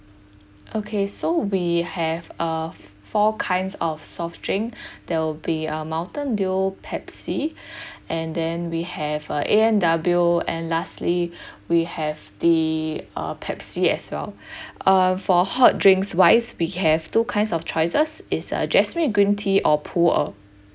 okay so we have uh four kinds of soft drink there will be uh mountain dew pepsi and then we have a A&W and lastly we have the uh pepsi as well uh for hot drinks wise we have two kinds of choices it's a jasmine green tea or pu er